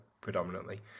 predominantly